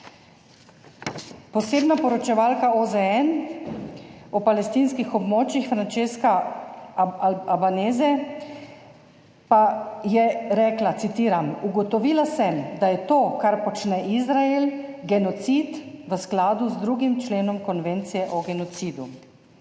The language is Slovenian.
Posebna poročevalka OZN o palestinskih območjih Francesca Albanese pa je rekla, citiram: »Ugotovila sem, da je to, kar počne Izrael, genocid v skladu z 2. členom Konvencije o genocidu.«